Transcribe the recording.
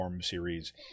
series